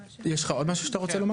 יש לך עוד משהו שאתה רוצה לומר?